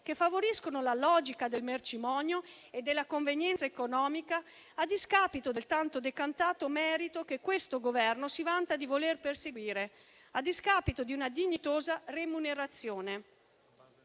che favoriscono la logica del mercimonio e della convenienza economica, a discapito del tanto decantato merito che questo Governo si vanta di voler perseguire e a discapito di una dignitosa remunerazione.